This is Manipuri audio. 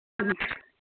ꯎꯝ